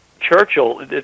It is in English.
Churchill